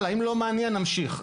נמשיך.